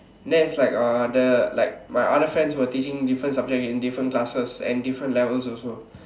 then is like uh the like my other friends were teaching different subjects in different classes in different levels also